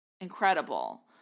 Incredible